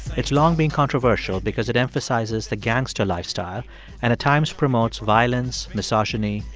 it's long been controversial because it emphasizes the gangster lifestyle and, at times, promotes violence, misogyny,